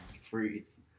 freeze